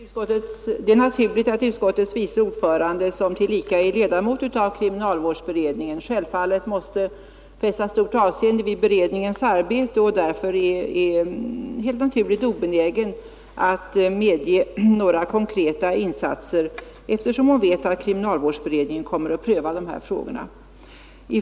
Herr talman! Det är naturligt att utskottets vice ordförande, som tillika är ledamot av kriminalvårdsberedningen, måste fästa stort avseende vid beredningens arbete och är obenägen att medge behovet av några konkreta insatser eftersom hon vet att kriminalvårdsberedningen kommer att pröva dessa frågor.